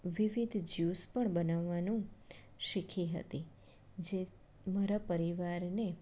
વિવિધ જ્યૂસ પણ બનાવવાનું શીખી હતી જે મારા પરિવાર